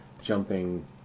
jumping